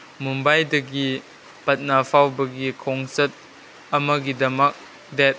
ꯃꯨꯝꯕꯥꯏꯗꯒꯤ ꯄꯠꯅꯥ ꯐꯥꯎꯕꯒꯤ ꯈꯣꯡꯆꯠ ꯑꯃꯒꯤꯗꯃꯛ ꯗꯦꯠ